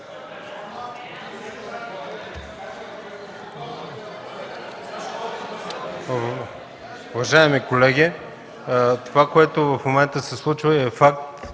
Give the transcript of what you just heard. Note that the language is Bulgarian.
Уважаеми колеги, това, което в момента се случва и е факт